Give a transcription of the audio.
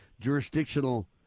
jurisdictional